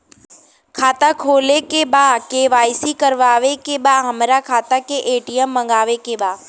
खाता खोले के बा के.वाइ.सी करावे के बा हमरे खाता के ए.टी.एम मगावे के बा?